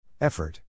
Effort